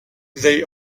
they